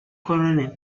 coronel